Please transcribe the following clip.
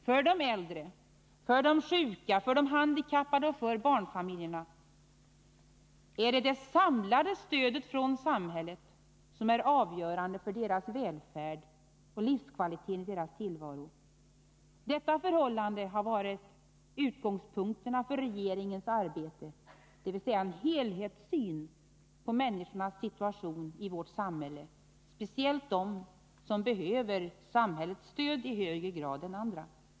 För de äldre, för de sjuka, för de handikappade och för barnfamiljerna är det det samlade stödet från samhället som är avgörande för deras välfärd och för livskvaliteten i deras tillvaro. Detta förhållande har varit utgångspunkten för regeringens arbete. Arbetet har inriktats på att skapa en helhetssyn av situationen för människorna i vårt samhälle, särskilt för dem som behöver samhällets stöd i högre grad än andra.